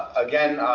again,